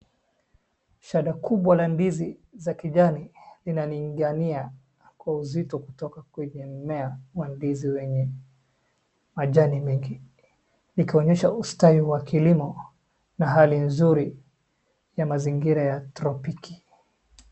Shada kubwa la ndizi za kijani inaninginia kwa uzito kutoka kwa mimea wa ndizi wenye majani mingi. Ikionyesha ustawi wa kilimo na hali nzuri ya mazingira ya tropiki.